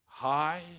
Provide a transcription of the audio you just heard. High